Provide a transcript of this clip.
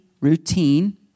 routine